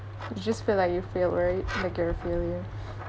just feel like you failed right like you're a failure